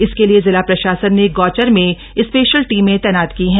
इसके लिए जिला प्रशासन ने गौचर में स्पेशल टीमें तैनात की है